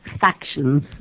factions